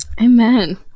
amen